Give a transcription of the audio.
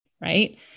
right